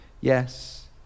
Yes